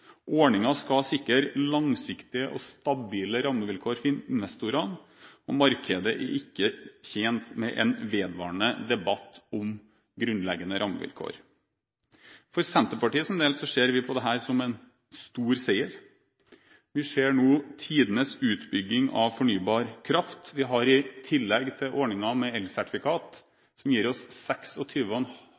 skal sikre langsiktige og stabile rammevilkår for investorene, og markedet er ikke tjent med en vedvarende debatt om grunnleggende rammevilkår. Senterpartiet ser på dette som en stor seier. Vi ser nå tidenes utbygging av fornybar kraft. I tillegg til ordningen med elsertifikater som gir oss